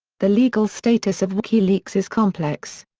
the legal status of wikileaks is complex.